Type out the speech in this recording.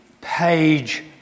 page